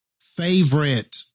favorite